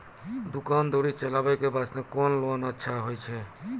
दुकान दौरी चलाबे के बास्ते कुन लोन अच्छा होय छै?